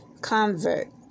convert